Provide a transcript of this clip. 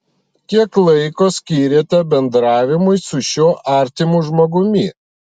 kiek laiko skiriate bendravimui su šiuo artimu žmogumi